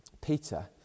Peter